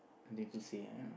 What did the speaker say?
nothing to say ah